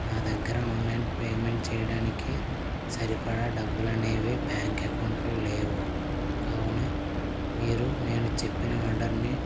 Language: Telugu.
నా దగ్గర ఆన్లైన్ పేమెంట్ చేయడానికి సరిపడా డబ్బులనేవి బ్యాంక్ అకౌంట్లో లేవు కావున మీరు నేను చెప్పిన ఆర్డర్ని